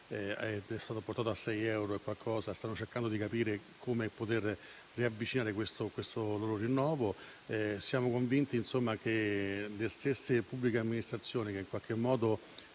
portato a qualcosa più di 6 euro. Si sta cercando di capire come poter riavvicinare questo loro rinnovo. Siamo convinti che le stesse pubbliche amministrazioni che in qualche modo